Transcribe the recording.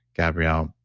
gabrielle,